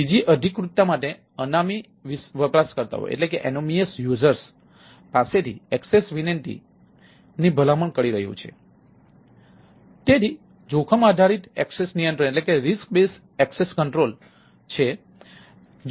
બીજી અધિકૃતતા માટે અનામી વપરાશકર્તાઓ પાસેથી એક્સેસ વિનંતીની ભલામણ કરી રહ્યું છે